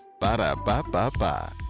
Ba-da-ba-ba-ba